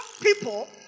people